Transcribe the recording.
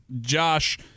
Josh